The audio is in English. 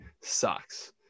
sucks